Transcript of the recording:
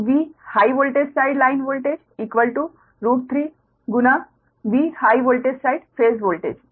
तो V high voltage side line voltage √3 गुना V high voltage side phase voltage